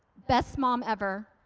best mom ever,